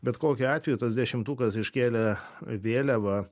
bet kokiu atveju tas dešimtukas iškėlė vėliavą